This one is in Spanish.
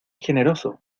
generoso